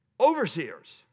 overseers